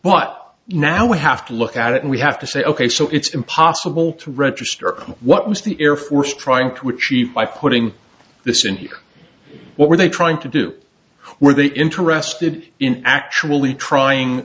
but now we have to look at it and we have to say ok so it's impossible to register what was the air force trying to achieve by putting this in here what were they trying to do were they interested in actually trying